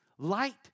Light